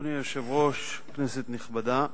אדוני היושב-ראש, כנסת נכבדה,